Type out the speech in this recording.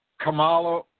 Kamala